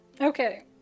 okay